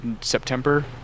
September